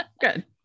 Good